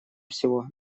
всего